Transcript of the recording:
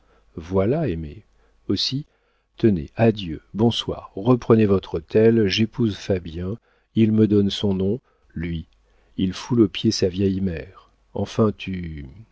voilà aimer aussi tenez adieu bonsoir reprenez votre hôtel j'épouse fabien il me donne son nom lui il foule aux pieds sa vieille mère enfin tu